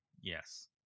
yes